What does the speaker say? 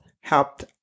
helped